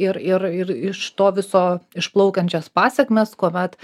ir ir ir iš to viso išplaukiančias pasekmes kuomet